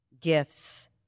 gifts